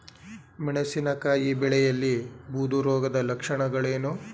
ಮೆಣಸಿನಕಾಯಿ ಬೆಳೆಯಲ್ಲಿ ಬೂದು ರೋಗದ ಲಕ್ಷಣಗಳೇನು?